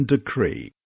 Decree